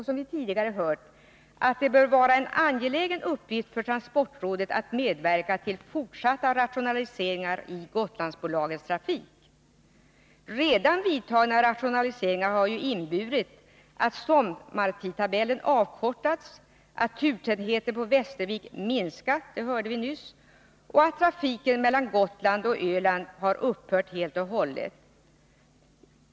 Som vi tidigare hört bör det vara en angelägen uppgift för transportrådet att medverka till fortsatta rationaliseringar i Gotlandsbolagets trafik. Redan gjorda rationaliseringar har inneburit att sommartidtabellen kortats ned, att turtätheten när det gäller Västervik har minskat — vilket vi nyss hört — och att trafiken mellan Gotland och Öland helt och hållet har upphört.